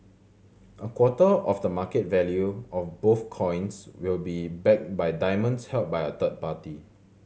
a quarter of the market value of both coins will be backed by diamonds held by a third party